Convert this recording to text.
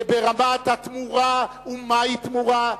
ברמת התמורה ומה היא תמורה,